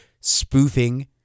spoofing